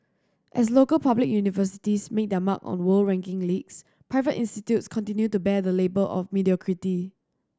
as local public universities make their mark on world ranking leagues private institutes continue to bear the label of mediocrity